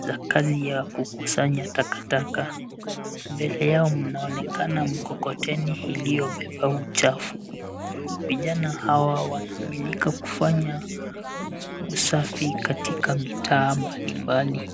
za kazi ya kukusanya takataka. Mbele yao mnaonekana mkokoteni iliyobeba uchafu. Vijana hawa wanaaminika kufanya usafi katika mitaa mbalimbali.